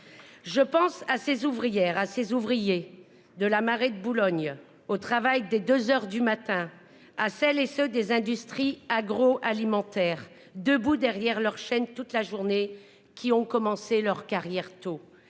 Je pense à ces ouvrières à ses ouvriers de la marée de Boulogne au travail dès 2h du matin à celles et ceux des industries agro-alimentaires debout derrière leurs chaînes toute la journée, qui ont commencé leur carrière tôt